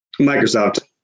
Microsoft